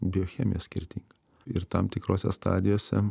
biochemija skirtinga ir tam tikrose stadijose